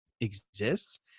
exists